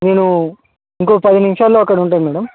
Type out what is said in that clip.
నేను ఇంకో పది నిమిషాల్లో అక్కడ ఉంటా మేడమ్